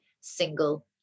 single